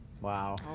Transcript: Wow